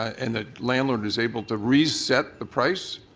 and the landrecord is able to reset the price,